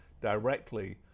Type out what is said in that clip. directly